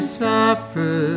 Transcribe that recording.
suffer